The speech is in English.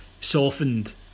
softened